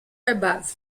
above